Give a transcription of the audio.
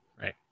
Right